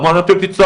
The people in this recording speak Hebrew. אמרנו אתם תצטערו.